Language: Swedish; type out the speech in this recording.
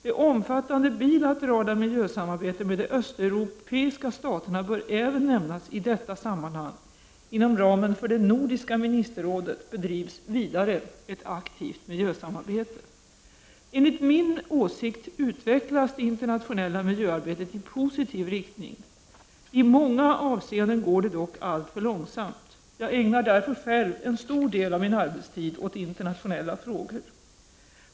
Det omfattande bilaterala miljösamarbetet med de östeuropeiska staterna bör även nämnas i detta sammanhang. Inom ramen för det nordiska ministerrådet bedrivs vidare ett aktivt miljösamarbete. Enligt min åsikt utvecklas det internationella miljöarbetet i positiv riktning. I många avseenden går det dock alltför långsamt. Jag ägnar därför själv en stor del av min arbetstid åt internationella frågor.